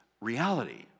reality